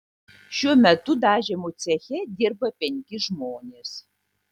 šiuo metu dažymo ceche dirba penki žmonės